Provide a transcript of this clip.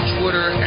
Twitter